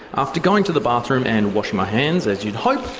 after going to the bathroom and washing my hands as you'd hope,